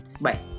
Bye